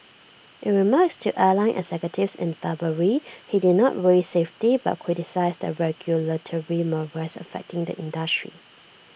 in remarks to airline executives in February he did not raise safety but criticised the regulatory morass affecting the industry